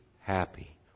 happy